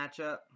matchup